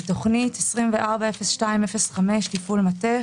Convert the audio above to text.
לתוכנית 240205 תפעול מטה,